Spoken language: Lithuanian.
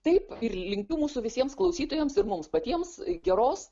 taip ir linkiu mūsų visiems klausytojams ir mums patiems geros